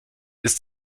ist